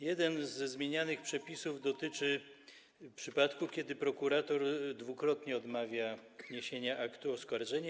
Jeden ze zmienianych przepisów dotyczy przypadku, gdy prokurator dwukrotnie odmawia wniesienia aktu oskarżenia.